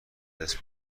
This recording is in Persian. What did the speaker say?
بدست